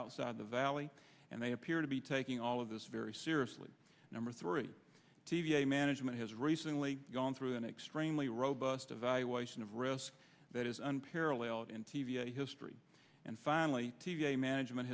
outside the valley and they appear to be taking all of this very seriously number three t v a management has recently gone through an extremely robust evaluation of risk that is unparalleled in t v history and finally t v management